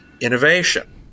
innovation